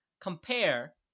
compare